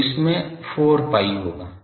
तो इसमें 4 pi होगा